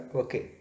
okay